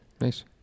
nice